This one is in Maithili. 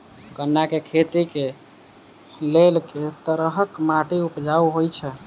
गन्ना केँ खेती केँ लेल केँ तरहक माटि उपजाउ होइ छै?